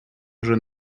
уже